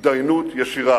התדיינות ישירה.